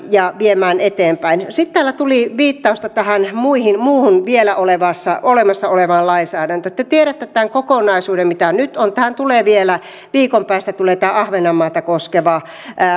ja viemään eteenpäin sitten täällä tuli viittausta tähän muuhun vielä olemassa olevaan lainsäädäntöön te tiedätte tämän kokonaisuuden mitä nyt on tähän tulee vielä viikon päästä tämä ahvenanmaata koskeva